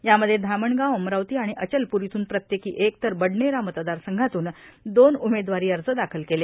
यामध्ये धामणगाव अमरावती आणि अचलपूर इथूल प्रत्येकी एक तर बडनेरा मतदारसंघातून दोन उमेदवारी अर्ज दाखल केले